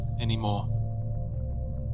anymore